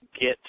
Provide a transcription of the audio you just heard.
get